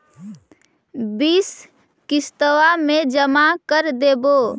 बिस किस्तवा मे जमा कर देवै?